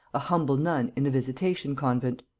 a humble nun in the visitation convent.